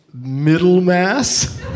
Middlemass